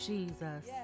Jesus